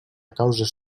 causes